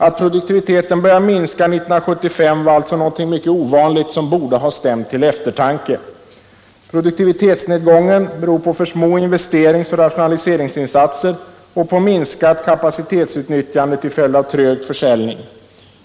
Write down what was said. Att produktiviteten började minska 1975 var alltså något mycket ovanligt, som borde stämt till eftertanke. Produktivitetsnedgången beror på för små investeringsoch rationaliseringsinsatser och på minskat kapacitetsutnyttjande till följd av trög försäljning.